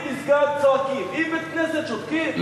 אם מסגד, צועקים, אם בית-כנסת, שותקים?